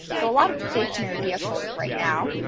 but a lot of stationary vehicles right now.